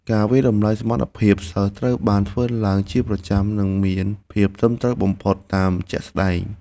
ការវាយតម្លៃសមត្ថភាពសិស្សត្រូវបានធ្វើឡើងជាប្រចាំនិងមានភាពត្រឹមត្រូវបំផុតតាមជាក់ស្តែង។